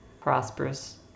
prosperous